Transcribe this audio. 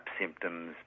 symptoms